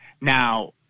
Now